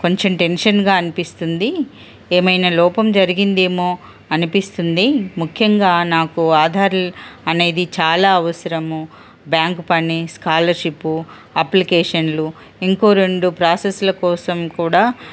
కొంచెం టెన్షన్గా అనిపిస్తుంది ఏమైనా లోపం జరిగిందేమో అనిపిస్తుంది ముఖ్యంగా నాకు ఆధార్ అనేది చాలా అవసరము బ్యాంక్ పని స్కాలర్షిప్ అప్లికేషన్లు ఇంకో రెండు ప్రాసెస్ల కోసం కూడా